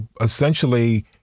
essentially